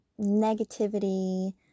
negativity